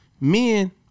men